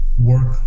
work